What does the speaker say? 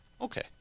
okay